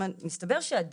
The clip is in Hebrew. זאת אומרת, מסתבר שעדיין